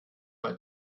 bei